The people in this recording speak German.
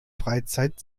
freizeit